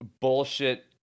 bullshit